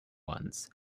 ones